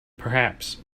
perhaps